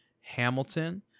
Hamilton